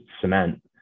cement